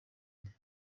ine